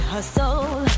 Hustle